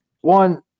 one